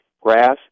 grass